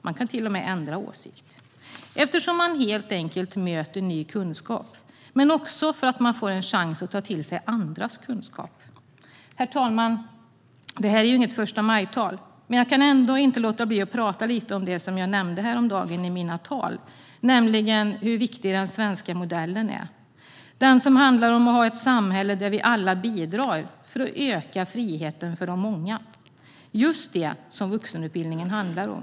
Man kan till och med ändra åsikt, eftersom man helt enkelt möter ny kunskap men också för att man får en chans att ta till sig andras kunskap. Herr talman! Det här är ju inget förstamajtal. Men jag kan ändå inte låta bli att prata lite om det som jag nämnde häromdagen i mina tal, nämligen hur viktig den svenska modellen är. Den handlar om ett samhälle där vi alla bidrar för att öka friheten för de många, just det som vuxenutbildningen handlar om.